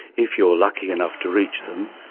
if you're lucky enough to reach them,